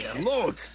look